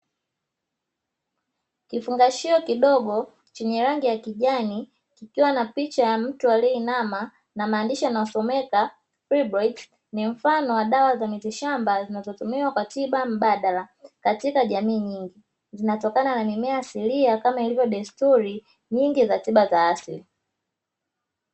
Kifungashio kidogo chenye rangi ya kijani kikiwa na picha ya mtu aliyeinama na maandishi yanayosomeka "Fibroids". Ni mfano wa dawa za miti shamba zinazotumiwa kwa tiba mbadala katika jamii nyingi, zinatokana na mimea asilia kama ilivyo desturi nyingi za tiba za asili.